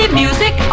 music